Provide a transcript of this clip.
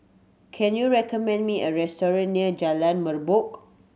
can you recommend me a restaurant near Jalan Merbok